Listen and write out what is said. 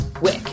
wick